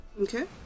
Okay